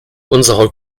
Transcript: unserer